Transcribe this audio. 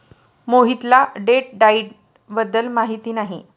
मोहितला date diet बद्दल माहिती नाही